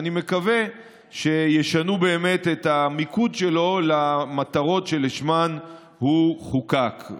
ואני מקווה שישנו באמת את המיקוד שלו למטרות שלשמן הוא חוקק.